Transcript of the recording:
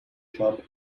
club